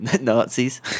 Nazis